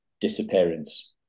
disappearance